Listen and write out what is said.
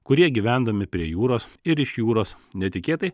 kurie gyvendami prie jūros ir iš jūros netikėtai